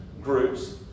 groups